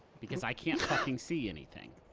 because i can't fucking see anything.